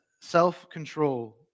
self-control